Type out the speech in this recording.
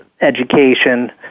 education